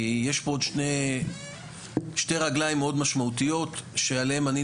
יש פה עוד שני רגליים מאוד משמעותיות שעליהם אני,